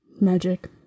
Magic